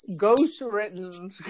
ghost-written